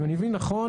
אם אני מבין נכון,